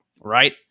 right